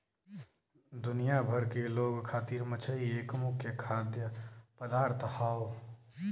दुनिया भर के लोग खातिर मछरी एक मुख्य खाद्य पदार्थ हौ